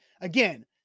again